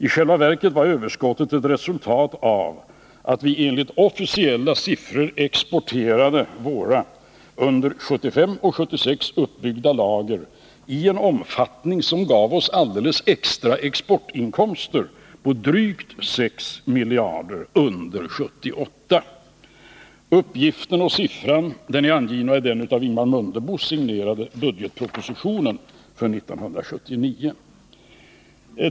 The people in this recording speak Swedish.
I själva verket var överskottet ett resultat av att vi, enligt officiella siffror, exporterade våra under 1975 och 1976 uppbyggda lager i en omfattning som gav oss alldeles extra exportinkomster på drygt 6 miljarder under 1978. Uppgiften och siffran är angivna i den av Ingemar Mundebo signerade budgetpropositionen för 1979.